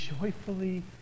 joyfully